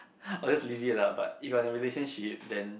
I'll just leave it lah but if you are in a relationship then